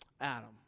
Adam